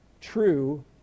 true